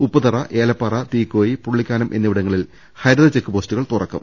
ഉപ്പുതറ ഏലപ്പാറ തീക്കോയി പുള്ളിക്കാനം എന്നിവിട ങ്ങളിൽ ഹരിത ചെക്ക് പോസ്റ്റുകളും തുറക്കും